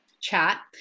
chat